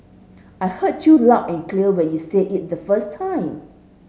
I heard you loud and clear when you said it the first time